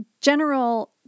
general